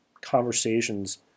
conversations